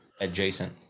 adjacent